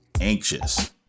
anxious